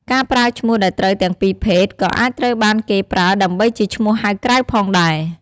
ការប្រើឈ្មោះដែលត្រូវទាំងពីរភេទ ក៏អាចត្រូវបានគេប្រើដើម្បីជាឈ្មោះហៅក្រៅផងដែរ។